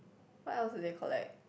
what else do they collect